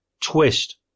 twist